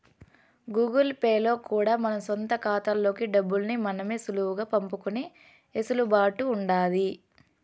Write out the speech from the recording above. Google pay లో కూడా మన సొంత కాతాల్లోకి డబ్బుల్ని మనమే సులువుగా పంపుకునే ఎసులుబాటు ఉండాది